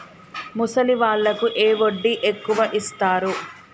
ముసలి వాళ్ళకు ఏ వడ్డీ ఎక్కువ ఇస్తారు?